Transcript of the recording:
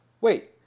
Wait